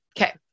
Okay